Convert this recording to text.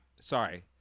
Sorry